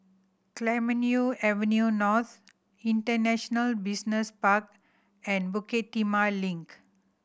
Clemenceau Avenue North International Business Park and Bukit Timah Link